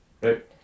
Right